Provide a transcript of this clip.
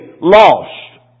lost